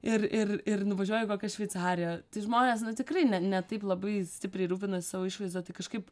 ir ir ir nuvažiuoji į kokią šveicariją tai žmonės tikrai ne ne taip labai stipriai rūpinasi savo išvaizda tai kažkaip